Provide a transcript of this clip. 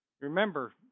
Remember